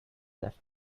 left